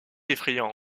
effrayant